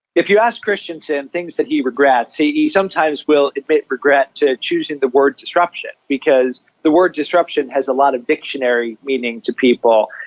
if you ask christensen and things that he regrets, he sometimes will admit regret to choosing the word disruption because the word disruption has a lot of dictionary meaning to people,